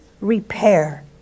repair